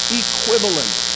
equivalent